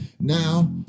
Now